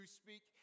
speak